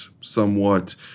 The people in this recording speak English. somewhat